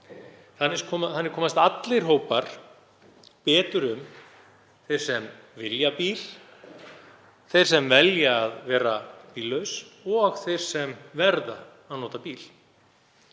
Þannig komast allir hópar betur um, þeir sem velja bíl, þeir sem velja að vera bíllausir og þeir sem verða að nota bíl.